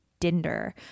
dinder